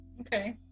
Okay